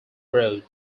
road